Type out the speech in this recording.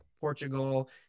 Portugal